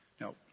Now